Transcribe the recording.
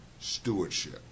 stewardship